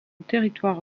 territoire